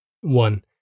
One